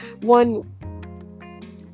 one